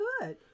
good